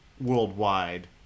worldwide